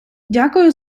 дякую